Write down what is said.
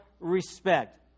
Respect